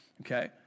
Okay